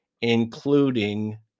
including